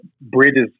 bridges